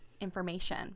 information